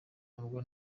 nabwo